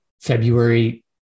February